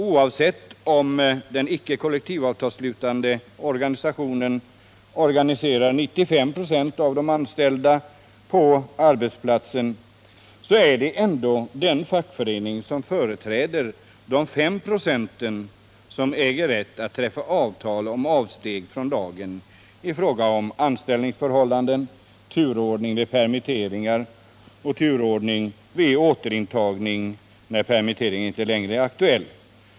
Oavsett om den icke kollektivavtalsslutande fackföreningen organiserar 95 26 av de anställda på en arbetsplats är det ändå den fackförening, som företräder de resterande 5 procenten, som äger rätt att träffa avtal om avsteg från lagen i fråga om anställningsförhållande, turordning vid permitteringar och turordning för återintagning när permittering inte längre är aktuell.